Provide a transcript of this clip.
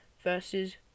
versus